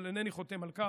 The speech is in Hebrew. אבל אינני חותם על כך,